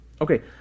Okay